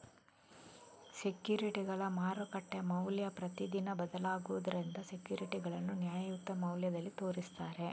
ಸೆಕ್ಯೂರಿಟಿಗಳ ಮಾರುಕಟ್ಟೆ ಮೌಲ್ಯ ಪ್ರತಿದಿನ ಬದಲಾಗುದರಿಂದ ಸೆಕ್ಯೂರಿಟಿಗಳನ್ನ ನ್ಯಾಯಯುತ ಮೌಲ್ಯದಲ್ಲಿ ತೋರಿಸ್ತಾರೆ